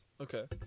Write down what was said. Okay